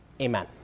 Amen